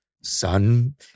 son